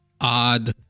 odd